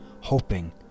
hoping